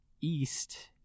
East